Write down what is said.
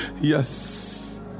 Yes